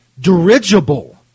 Dirigible